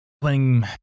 playing